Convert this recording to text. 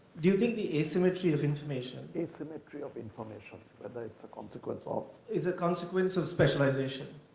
do you think the asymmetry of information. asymmetry of information, whether it's a consequence of. is a consequence of specialization.